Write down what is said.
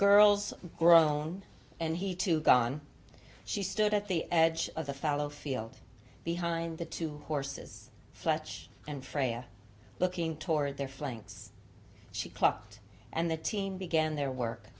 girls grown and he to gun she stood at the edge of the fellow field behind the two horses fletch and freya looking toward their flanks she clucked and the team began their work